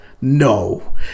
No